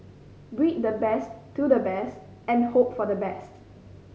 breed the best to the best and hope for the best